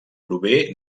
prové